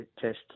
Test